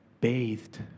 bathed